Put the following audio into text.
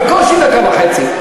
בקושי דקה וחצי.